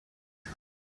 ngai